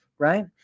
Right